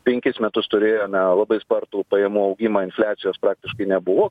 penkis metus turėjome labai spartų pajamų augimą infliacijos praktiškai nebuvo